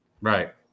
Right